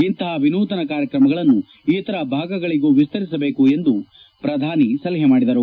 ಇಂತಪ ವಿನೂತನ ಕ್ರಮಗಳನ್ನು ಇತರ ಭಾಗಗಳಿಗೂ ವಿಸ್ತರಿಸಬೇಕು ಎಂದು ಅವರು ಸಲಹೆ ಮಾಡಿದರು